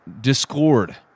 discord